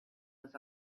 was